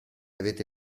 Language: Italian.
avete